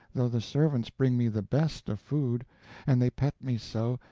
though the servants bring me the best of food and they pet me so,